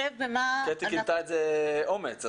קטי כינתה את זה אומץ.